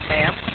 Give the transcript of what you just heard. Sam